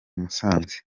musanze